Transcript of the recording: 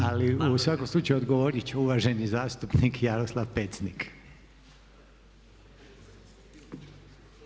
Ali u svakom slučaju odgovorit će uvaženi zastupnik Jaroslav Pecnik.